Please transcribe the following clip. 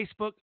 Facebook